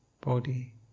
body